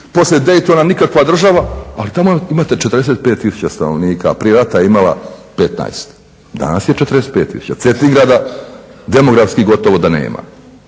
poslije Daytona nikakva država ali tamo imate 45000 stanovnika, prije rata je imala 15. Danas je 45000. Cetingrada demografski gotovo da i nema.